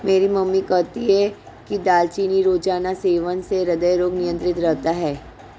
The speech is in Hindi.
मेरी मम्मी कहती है कि दालचीनी रोजाना सेवन से हृदय रोग नियंत्रित रहता है